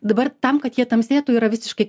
dabar tam kad jie tamsėtų yra visiškai